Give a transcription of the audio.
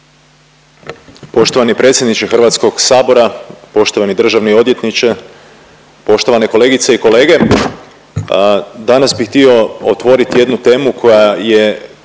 Poštovani predsjedniče Hrvatskog sabora, poštovani državni odvjetniče, poštovane kolegice i kolege danas bih htio otvorit jednu temu koja je